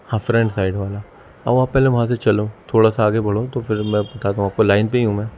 ہاں front side والا اب آپ پہلے وہاں سے چلو تھوڑا سا آگے بڑھو تو پھر میں بتاتا ہوں آپ کو لائن پہ ہی ہوں میں